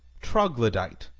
troglodyte,